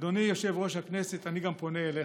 אדוני יושב-ראש הכנסת, אני פונה גם אליך.